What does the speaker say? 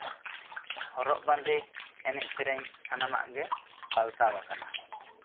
ᱦᱚᱨᱚᱜᱼᱵᱟᱸᱫᱮ ᱮᱱᱮᱡᱼᱥᱮᱹᱨᱮᱹᱧ ᱥᱟᱱᱟᱢᱟᱜ ᱜᱮ ᱯᱟᱞᱴᱟᱣᱟᱠᱟᱱᱟ